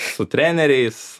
su treneriais